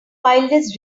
wildest